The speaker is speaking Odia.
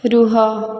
ରୁହ